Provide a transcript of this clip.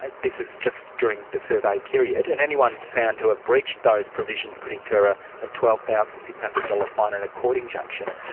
this is just during the survey period, and anyone found to have breached those provisions could incur ah a twelve thousand six hundred ah ah dollars and a court injunction.